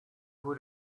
who